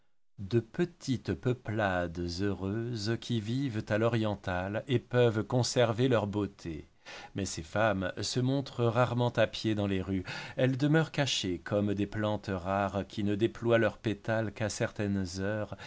de petites peuplades heureuses qui vivent à l'orientale et peuvent conserver leur beauté mais ces femmes se montrent rarement à pied dans les rues elles demeurent cachées comme des plantes rares qui ne déploient leurs pétales qu'à certaines heures